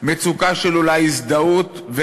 מצוקה של אולי הזדהות,